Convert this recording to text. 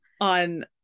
on